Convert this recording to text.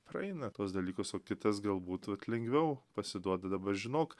praeina tuos dalykus o kitas galbūt vat lengviau pasiduoda dabar žinok